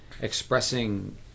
expressing